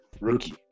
Rookie